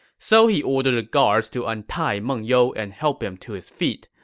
so he ordered the guards to untie meng you and help him to his feet.